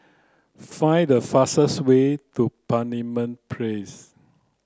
find the fastest way to Parliament Place